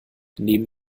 nehmen